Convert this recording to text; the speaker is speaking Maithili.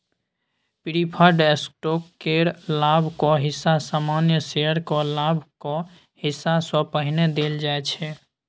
प्रिफर्ड स्टॉक केर लाभक हिस्सा सामान्य शेयरक लाभक हिस्सा सँ पहिने देल जाइ छै